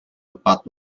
tepat